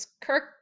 Kirk